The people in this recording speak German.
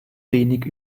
wenig